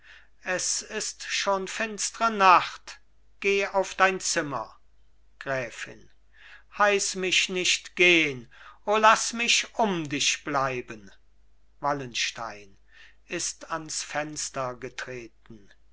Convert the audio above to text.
es ist schon finstre nacht geh auf dein zimmer gräfin heiß mich nicht gehn o laß mich um dich bleiben wallenstein ist ans fenster getreten